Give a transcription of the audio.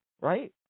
right